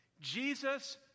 Jesus